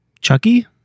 Chucky